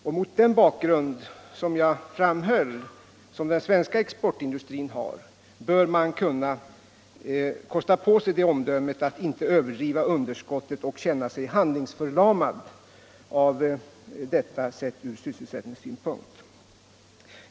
Och mot bakgrund av den svenska exportindustrins förutsättningar menar jag att man bör kunna kosta på sig det omdömet att inte överdriva underskottets betydelse och känna sig handlingsförlamad av det, sett från sysselsättningssynpunkt.